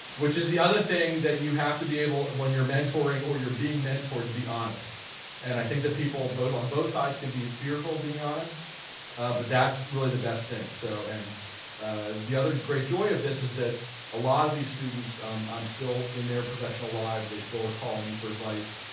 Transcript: which is the other thing that you have to be able when you're mentoring or you're being mentored to be honest and i think the people both on both sides can be fearful of being honest but that's really the best thing. so and the other great joy of this is that a lot of these students i'm still in their professional lives. they still are calling me for advice.